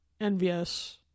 envious